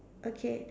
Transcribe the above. okay